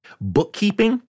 bookkeeping